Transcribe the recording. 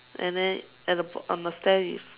and then at the on the stand is